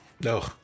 No